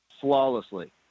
flawlessly